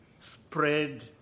spread